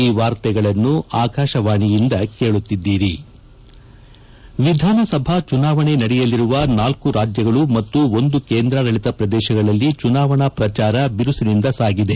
ಈ ವಾರ್ತೆಗಳನ್ನು ಆಕಾಶವಾಣಿಯಿಂದ ಕೇಳುತ್ತಿದ್ದೀರಿ ವಿಧಾನಸಭಾ ಚುನಾವಣೆ ನಡೆಯಲಿರುವ ನಾಲ್ಕು ರಾಜ್ಯಗಳು ಮತ್ತು ಒಂದು ಕೇಂದ್ರಾಡಳಿತ ಪ್ರದೇಶಗಳಲ್ಲಿ ಚುನಾವಣಾ ಪ್ರಚಾರ ಬಿರುಸಿನಿಂದ ಸಾಗಿದೆ